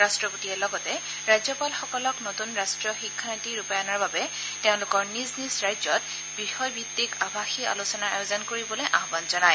ৰাষ্ট্ৰপতিয়ে লগতে ৰাজ্যপালসকলক নতুন ৰাষ্ট্ৰীয় শিক্ষা নীতি ৰূপায়ণৰ বাবে তেওঁলোকৰ নিজ নিজ ৰাজ্যত বিষয় ভিত্তিক আভাষী আলোচনাৰ আয়োজন কৰিবলৈ আহবান জনায়